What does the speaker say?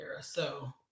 so-